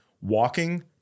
walking